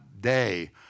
day